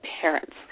parents